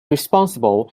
responsible